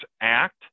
act